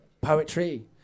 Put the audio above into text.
poetry